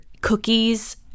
cookies